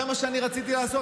זה מה שאני רציתי לעשות.